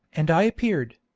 and i appeared.